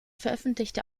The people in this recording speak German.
veröffentlichte